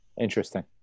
Interesting